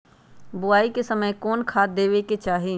बोआई के समय कौन खाद देवे के चाही?